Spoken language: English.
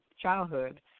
childhood